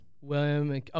William